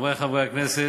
חברי חברי הכנסת,